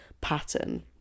pattern